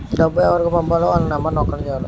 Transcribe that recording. డబ్బు ఎవరికి పంపాలో వాళ్ళ నెంబరు నొక్కండి చాలు